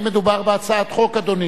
האם מדובר בהצעת חוק, אדוני?